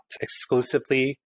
exclusively